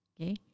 Okay